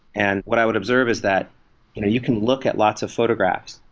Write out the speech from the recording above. and what i would observe is that you know you can look at lots of photographs.